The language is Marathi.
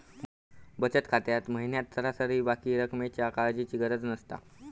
बचत खात्यात महिन्याक सरासरी बाकी रक्कमेच्या काळजीची गरज नसता